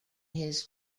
his